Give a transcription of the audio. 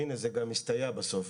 והנה זה גם הסתייע בסוף,